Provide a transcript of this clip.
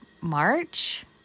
March